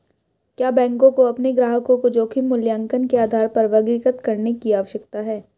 क्या बैंकों को अपने ग्राहकों को जोखिम मूल्यांकन के आधार पर वर्गीकृत करने की आवश्यकता है?